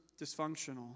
dysfunctional